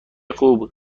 خوب